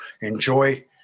enjoy